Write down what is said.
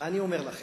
אני אומר לכם,